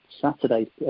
Saturday